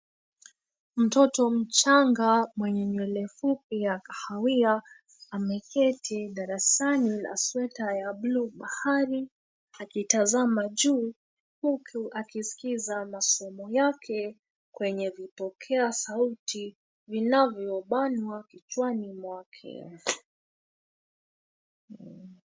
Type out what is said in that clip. Mtoto mchanga mwenye nywele fupi ya kahawia, ameketi darasani na sweta ya buluu bahari akitazama juu huku akiskiza masomo yake kwenye vipokea sauti vinavyobanwa kichwani mwake.